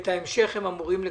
את ההמשך הם אמורים לקבל.